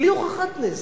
בלי הוכחת נזק.